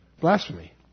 Blasphemy